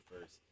first